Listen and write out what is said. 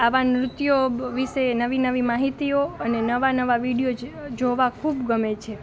આવા નૃત્યો વિશે નવી નવી માહિતીઓ અને નવા નવા વિડિઓ જોવાં ખૂબ ગમે છે